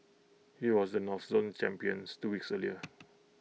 he was the north zone champions two weeks earlier